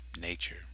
nature